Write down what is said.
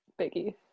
Biggie